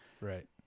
Right